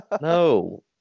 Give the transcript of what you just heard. no